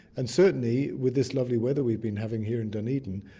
and certainly with this lovely weather we've been having here in dunedin,